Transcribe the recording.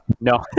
No